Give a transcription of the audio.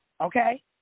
okay